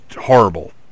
horrible